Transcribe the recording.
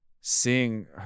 seeing